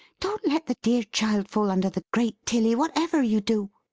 don't let the dear child fall under the grate, tilly, whatever you do!